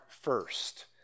first